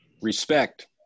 Respect